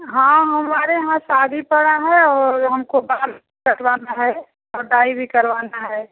हाँ हमारे यहाँ शादी पड़ा है और हमको बाल कटवाना है और डाई भी करवाना है